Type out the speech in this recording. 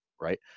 right